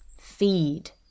Feed